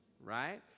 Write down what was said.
Right